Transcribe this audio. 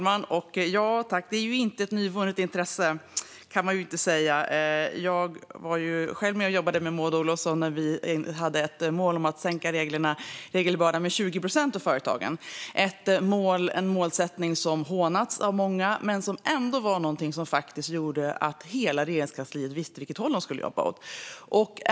Herr talman! Det är inte ett nyvunnet intresse. Det kan man inte säga. Jag var själv med och jobbade med Maud Olofsson när vi hade ett mål om att minska regelbördan för företagen med 20 procent. Det är en målsättning som hånats av många. Men det var ändå någonting som gjorde att hela Regeringskansliet visste vilket håll man skulle jobba åt.